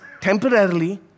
temporarily